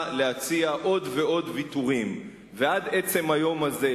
להציע עוד ועוד ויתורים ועד עצם היום הזה,